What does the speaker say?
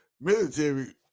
military